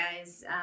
guys